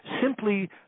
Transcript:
simply